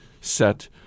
set